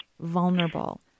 vulnerable